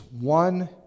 one